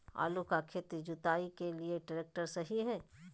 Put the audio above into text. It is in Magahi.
आलू का खेत जुताई के लिए ट्रैक्टर सही है?